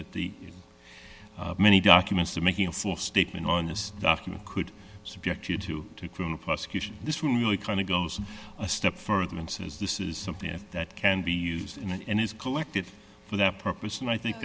at the many documents to making a statement on this document could subject you to criminal prosecution this really kind of goes a step further and says this is something that can be used in and is collected for that purpose and i think